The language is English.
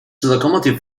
locomotive